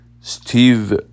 Steve